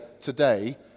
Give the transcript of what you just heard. today